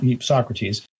Socrates